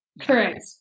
Correct